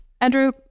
Andrew